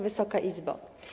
Wysoka Izbo!